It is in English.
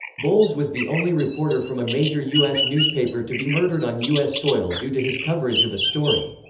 bolles was the only reporter from a major u s. newspaper to be murdered on u s. soil due to his coverage of a story.